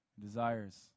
desires